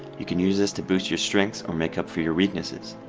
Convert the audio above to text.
you can use this to boost your strengths or make up for your weaknesses.